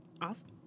Awesome